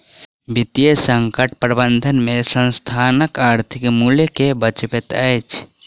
वित्तीय संकट प्रबंधन में संस्थानक आर्थिक मूल्य के बचबैत अछि